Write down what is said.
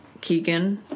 Keegan